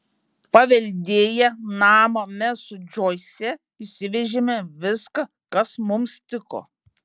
paveldėję namą mes su džoise išsivežėme viską kas mums tiko